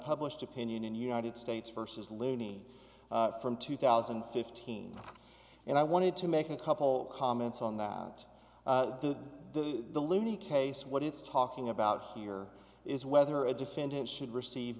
unpublished opinion in the united states versus loony from two thousand and fifteen and i wanted to make a couple comments on that the the the loony case what it's talking about here is whether a defendant should receive